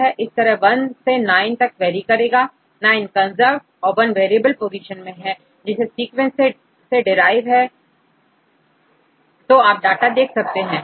इस तरह1 से9 तक वेरी करेगा जैसे 9 कंजर्व्ड और1 वेरिएबल पोजीशन है जिसे सीक्वेंस में डेराइव है तो आप डाटा देख सकते हैं